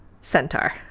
Centaur